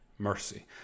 mercy